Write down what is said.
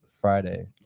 friday